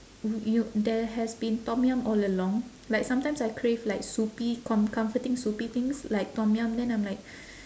y~ y~ there has been tom yum all along like sometimes I crave like soupy com~ comforting soupy things like tom yum then I'm like